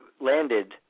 landed